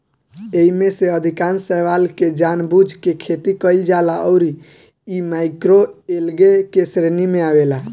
एईमे से अधिकांश शैवाल के जानबूझ के खेती कईल जाला अउरी इ माइक्रोएल्गे के श्रेणी में आवेला